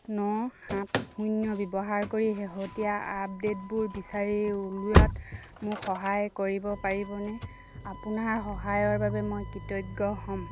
ন সাত শূন্য ব্যৱহাৰ কৰি শেহতীয়া আপডে'টবোৰ বিচাৰি উলিওৱাত মোক সহায় কৰিব পাৰিবনে আপোনাৰ সহায়ৰ বাবে মই কৃতজ্ঞ হ'ম